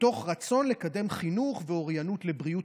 מתוך רצון לקדם חינוך ואוריינות לבריאות